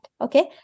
Okay